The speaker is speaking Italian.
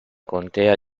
contea